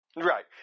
Right